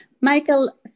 Michael